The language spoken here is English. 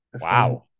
Wow